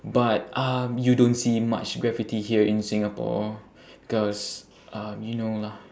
but um you don't see much graffiti here in singapore because um you know lah